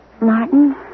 Martin